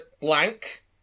blank